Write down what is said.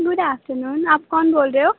good afternoon ਆਪ ਕੌਣ ਬੋਲ ਰਹੇ ਹੋ